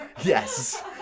Yes